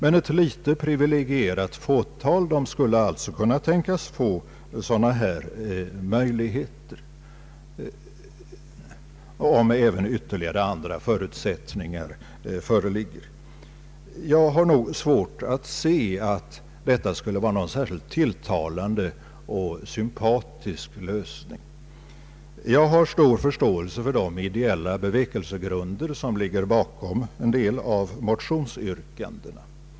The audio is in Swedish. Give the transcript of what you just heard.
Men ett litet privilegierat fåtal skulle alltså kunna tänkas få sådana här möjligheter, om även andra förutsättningar föreligger. Jag har svårt att se, att detta skulle vara någon särskilt tilltalande och sympatisk lösning. Jag hyser stor förståelse för de ideella bevekelsegrunder, som ligger bakom en del av motionsyrkandena.